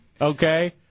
Okay